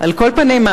על כל פנים,